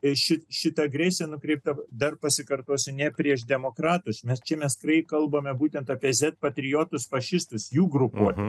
iš šitą agresija nukreipta dar pasikartosiu ne prieš demokratus nes čia mes tikrai kalbame būtent apie patriotus fašistus jų grupuotes